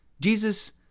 Jesus